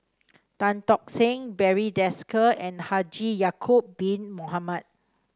Tan Tock Seng Barry Desker and Haji Ya'acob Bin Mohamed